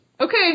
Okay